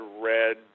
red